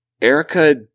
Erica